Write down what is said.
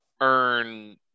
earn